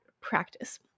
practice